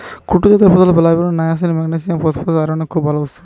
কুট্টু জাতের ফসল riboflavin, niacin, magnesium, phosphorus, আয়রনের খুব ভাল উৎস